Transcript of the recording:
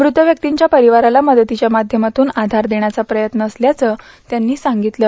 मृत व्यक्तींच्या परिवाराला मदतीच्या माध्यमातून आयार देण्याचा प्रयत्न असल्याचं त्यांनी सांगितलं